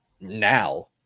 now